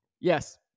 Yes